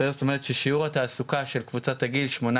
זאת אומרת ששיעור התעסוקה של קבוצת הגיל שמונה